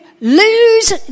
lose